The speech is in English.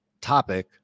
topic